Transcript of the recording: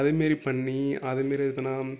அது மாரி பண்ணி அது மாரி எதுன்னா